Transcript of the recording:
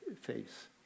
face